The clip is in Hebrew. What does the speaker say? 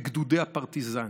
בגדודי הפרטיזנים.